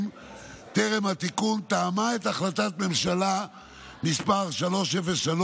טרם התיקון תאמה את החלטת ממשלה מס' 303,